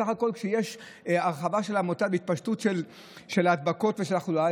בסך הכול כשיש הרחבה של המוטציה והתפשטות של ההדבקות ושל התחלואה,